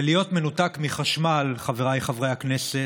ולהיות מנותק מחשמל, חבריי חברי הכנסת,